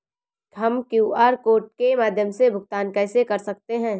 हम QR code के माध्यम से भुगतान कैसे कर सकते हैं?